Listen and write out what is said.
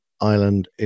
Island